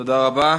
תודה רבה.